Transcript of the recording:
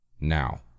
now